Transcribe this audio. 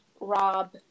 rob